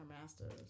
master's